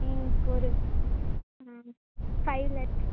எனக்கு ஒரு ம் ஃபைவ் லேக்ஸ்